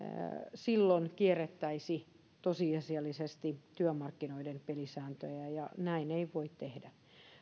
silloin kierrettäisiin tosiasiallisesti työmarkkinoiden pelisääntöjä ja näin ei voi tehdä